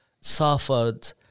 suffered